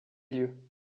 lieux